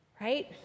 right